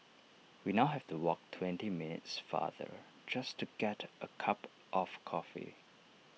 we now have to walk twenty minutes farther just to get A cup of coffee